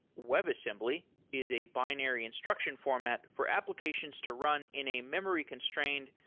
web assembly is a binary instruction format for applications to run in a memory constrained,